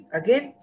again